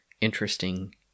interesting